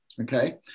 okay